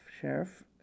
sheriff